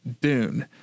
Dune